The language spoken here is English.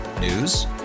News